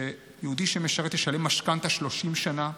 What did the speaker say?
שיהודי שמשרת ישלם משכנתה 30 שנה,